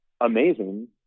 amazing